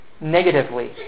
negatively